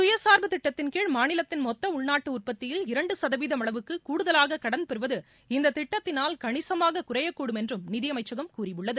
சுயசா்பு திட்டத்தின் கீழ் மாநிலத்தின் மொத்த உள்நாட்டு உற்பத்தியில் இரண்டு சதவீதம் அளவுக்கு கூடுதலாக கடன் பெறுவது இந்த திட்டத்தினால் கணிசமாக குறையக் கூடும் என்றும் நிதி அமைச்சகம் கூறியுள்ளது